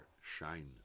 shine